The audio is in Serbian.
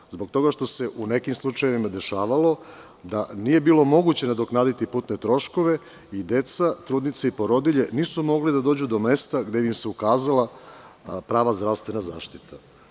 To je zbog toga što se u nekim slučajevima dešavalo da nije bilo moguće nadoknaditi putne troškove i deca, trudnice i porodilje nisu mogle da dođu do mesta gde bi im se ukazala prava zdravstvena zaštita.